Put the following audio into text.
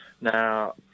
Now